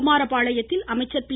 குமாரபாளையத்தில் அமைச்சர் பி